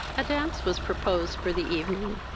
a dance was proposed for the evening,